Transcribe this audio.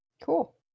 Cool